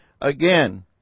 again